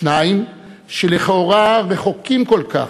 שניים שלכאורה רחוקים כל כך,